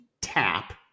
tap